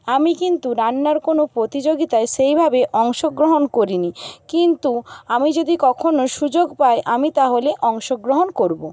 আমি কিন্তু রান্নার কোনো প্রতিযোগিতায় সেইভাবে অংশগ্রহণ করিনি কিন্তু আমি যদি কখনো সুযোগ পাই আমি তাহলে অংশগ্রহণ করব